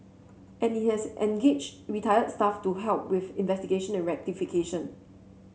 and it has engaged retired staff to help with investigation and rectification